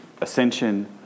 ascension